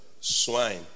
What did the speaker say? Swine